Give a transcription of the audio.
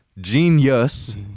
Genius